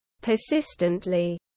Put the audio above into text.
persistently